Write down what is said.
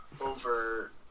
over